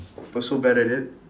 was so bad at it